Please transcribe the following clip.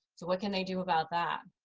so what can they do about that?